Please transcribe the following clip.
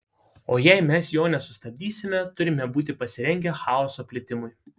o jei mes jo nesustabdysime turime būti pasirengę chaoso plitimui